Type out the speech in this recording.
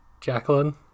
Jacqueline